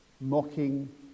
mocking